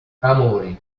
amori